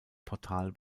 portal